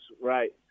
right